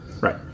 Right